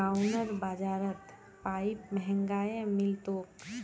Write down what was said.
गांउर बाजारत पाईप महंगाये मिल तोक